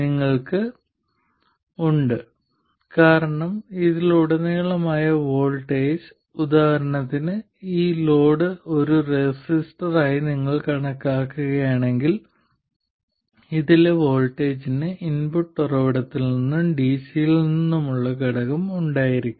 നിങ്ങൾക്ക് തീർച്ചയായും ഒരു അധിക ഔട്ട്പുട്ട് പവർ ഉണ്ട് കാരണം ഇതിലുടനീളമുള്ള വോൾട്ടേജ് ഉദാഹരണത്തിന് ഈ ലോഡ് ഒരു റെസിസ്റ്ററായി നിങ്ങൾ കണക്കാക്കുകയാണെങ്കിൽ ഇതിലെ വോൾട്ടേജിന് ഇൻപുട്ട് ഉറവിടത്തിൽ നിന്നും ഡിസിയിൽ നിന്നുമുള്ള ഘടകം ഉണ്ടായിരിക്കും